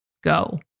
go